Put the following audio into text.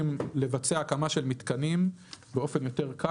לבצע הקמה של מתקנים באופן יותר קל.